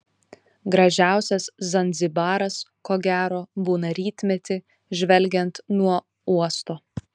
gražiausias zanzibaras ko gero būna rytmetį žvelgiant nuo uosto